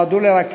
זה עובר?